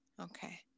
okay